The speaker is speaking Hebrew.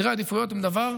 זה בשגרה,